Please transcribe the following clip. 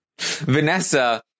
Vanessa